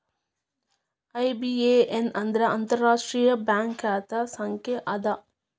IBAN ಅಂದ್ರ ಅಂತಾರಾಷ್ಟ್ರೇಯ bank ಖಾತೆ ಸಂಖ್ಯಾ ಅದ